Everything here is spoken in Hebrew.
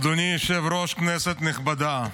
אדוני היושב-ראש, כנסת נכבדה,